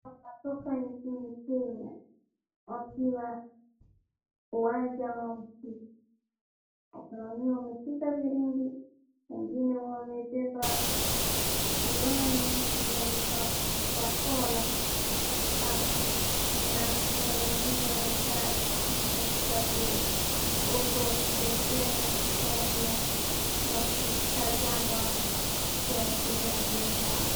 Wana soka inchini Kenya wakiwa, uwanja wa mpira. Kuna wengine wameshika virimbi, wengine wamebeba iwani iliandikwa khwakola. Na kuna wengine wamekaa picha za blue . Huku wakisherekea na wakifurahia wakitazama wachezaji wenzao.